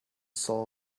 soul